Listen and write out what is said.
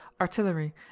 artillery